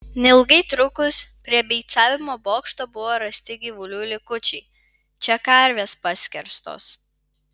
neilgai trukus prie beicavimo bokšto buvo rasti gyvulių likučiai čia karvės paskerstos